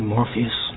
Morpheus